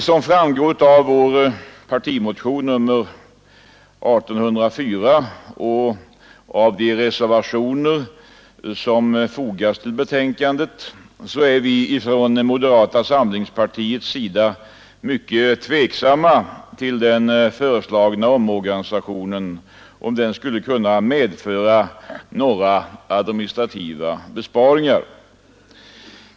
Som framgår av vår partimotion 1804 och av de reservationer som fogats till betänkandet är vi från moderata samlingspartiets sida mycket tveksamma om huruvida den föreslagna organisationen skulle medföra några administrativa besparingar.